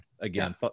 Again